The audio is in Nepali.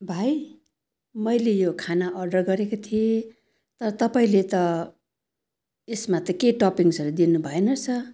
भाइ मैले यो खाना अर्डर गरेको थिएँ तर तपाईँले त यसमा त के टपिङ्सहरू दिनु भएन रहेछ